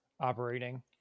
operating